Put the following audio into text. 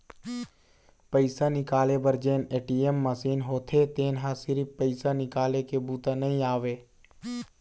पइसा निकाले बर जेन ए.टी.एम मसीन होथे तेन ह सिरिफ पइसा निकाले के बूता नइ आवय